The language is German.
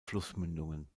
flussmündungen